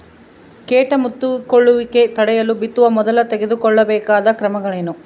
ಕೇಟ ಮುತ್ತಿಕೊಳ್ಳುವಿಕೆ ತಡೆಯಲು ಬಿತ್ತುವ ಮೊದಲು ತೆಗೆದುಕೊಳ್ಳಬೇಕಾದ ಕ್ರಮಗಳೇನು?